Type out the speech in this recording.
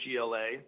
GLA